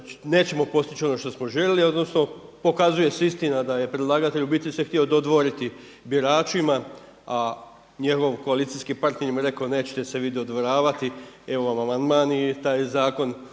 nećemo postići ono što smo željeli odnosno pokazuje se istina da se predlagatelj se u biti htio dodvoriti biračima, a njegov koalicijski partner im rekao nećete se vi dodvoravati, evo vam amandman i taj zakon